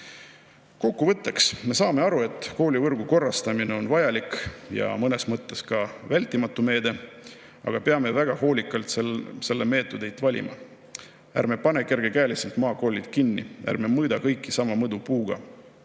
Kokkuvõtteks. Me saame aru, et koolivõrgu korrastamine on vajalik ja mõnes mõttes ka vältimatu meede, aga peame väga hoolikalt selle meetodeid valima. Ärme paneme kergekäeliselt maakoole kinni! Ärme mõõda kõiki sama mõõdupuuga,